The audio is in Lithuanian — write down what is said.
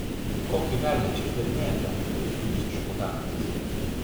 kokį velnią čia išdarinėjate sušuko daktaras